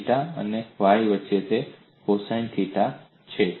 theta અને Y વચ્ચે તે કોસ થીટા છે